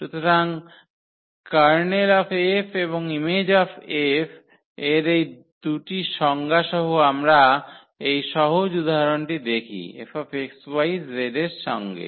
সুতরাং Ker𝐹 এবং Im𝐹 এর এই 2 টি সংজ্ঞা সহ আমরা এই সহজ উদাহরণটি দেখি 𝐹xyzএর সাথে